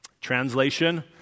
Translation